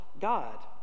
God